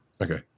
Okay